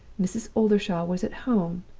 mrs. oldershaw was at home,